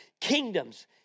kingdoms